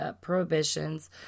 prohibitions